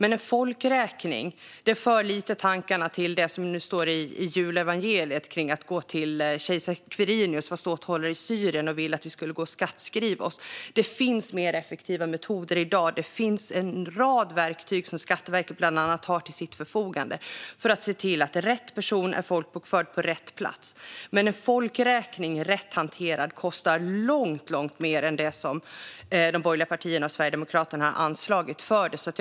En folkräkning för lite tankarna till det som står i julevangeliet om att Quirinius, ståthållare i Syrien, ville att vi skulle gå och skattskriva oss. Det finns mer effektiva metoder i dag. Det finns en rad verktyg som bland annat Skatteverket har till sitt förfogande för att se till att rätt person är folkbokförd på rätt plats. En folkräkning, rätt hanterad, kostar dessutom långt mer än det som de borgerliga partierna och Sverigedemokraterna anslagit för en sådan.